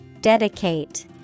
Dedicate